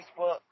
Facebook